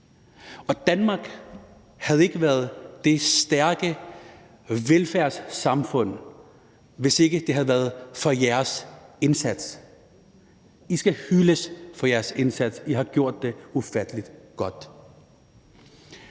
Danmark havde ikke været det stærke velfærdssamfund, hvis ikke det havde været for jeres indsats. I skal hyldes for jeres indsats; I har gjort det ufattelig godt.